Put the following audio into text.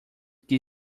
que